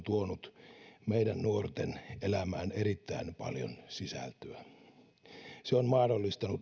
tuonut meidän nuortemme elämään erittäin paljon sisältöä se on mahdollistanut